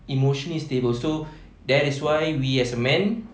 emotionally stable so that is why we as a man